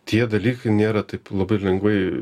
tie dalykai nėra taip labai lengvai